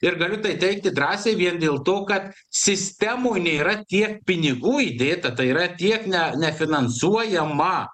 ir galiu teigti drąsiai vien dėl to kad sistemoj nėra tiek pinigų įdėta tai yra tiek ne nefinansuojama